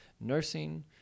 nursing